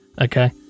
okay